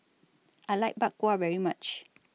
I like Bak Kwa very much